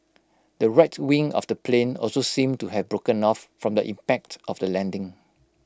the right wing of the plane also seemed to have broken off from the impact of the landing